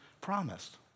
promised